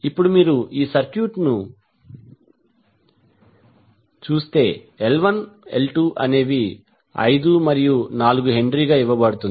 ఇప్పుడు మీరు ఈ సర్క్యూట్ను చూస్తే L1 L2 అనేవి 5 మరియు 4 హెన్రీగా ఇవ్వబడుతుంది